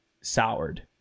soured